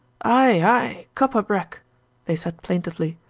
ay ay, kop abrek they said plaintively,